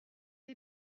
des